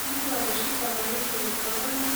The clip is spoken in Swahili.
Mtu ameshika mahindi mikononi,